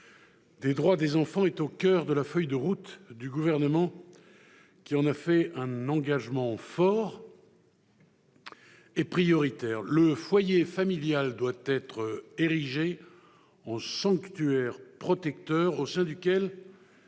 des droits des enfants est au coeur de la feuille de route du Gouvernement qui en fait un engagement fort et prioritaire. « Le foyer familial doit être érigé en sanctuaire protecteur au sein duquel